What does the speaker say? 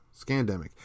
scandemic